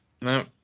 No